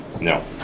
No